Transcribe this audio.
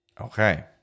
Okay